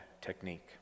technique